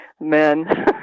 men